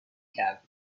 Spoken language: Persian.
کرده